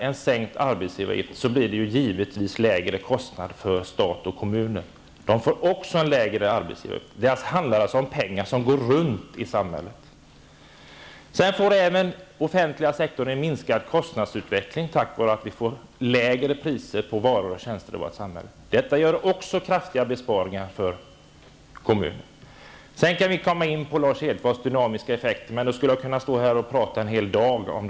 Om arbetsgivaravgiften sänks blir givetvis kostnaden lägre för stat och kommun. Det handlar således om pengar som går runt i samhället. Tack vare att vi får lägre priser på varor och tjänster i samhället får den offentliga sektorn en dämpad kostnadsutveckling. Detta medför också kraftiga besparingar för kommunen. Man kan också ta upp Lars Hedfors dynamiska effekter, men det skulle jag kunna tala en hel dag om.